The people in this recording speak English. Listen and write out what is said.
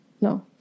No